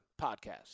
podcast